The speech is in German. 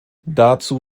dazu